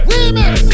Remix